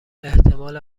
احتمال